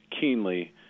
keenly